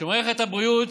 שמערכת הבריאות